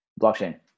Blockchain